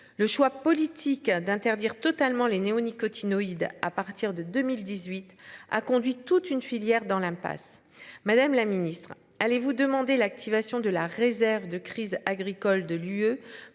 Le choix politique d'interdire totalement les néonicotinoïdes à partir de 2018 a conduit toute une filière dans l'impasse. Madame la ministre allez-vous demander l'activation de la réserve de crises agricoles de l'UE